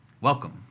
Welcome